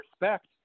respect